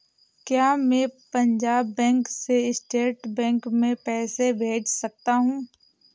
क्या मैं पंजाब बैंक से स्टेट बैंक में पैसे भेज सकता हूँ?